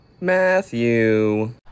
Matthew